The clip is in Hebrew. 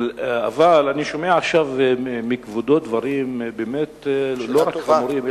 אבל אני שומע עכשיו מכבודו דברים באמת לא רק חמורים,